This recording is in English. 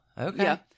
Okay